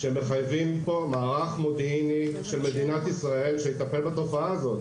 זה מחייב שיהיה פה מערך מודיעני של מדינת ישראל לטפל בתופעה הזו.